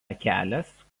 kelias